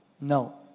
No